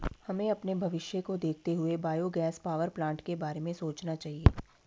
हमें अपने भविष्य को देखते हुए बायोगैस पावरप्लांट के बारे में सोचना चाहिए